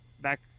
back